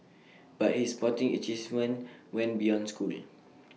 but his sporting achievements went beyond school